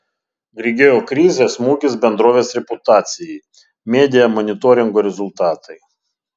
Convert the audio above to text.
grigeo krizė smūgis bendrovės reputacijai media monitoringo rezultatai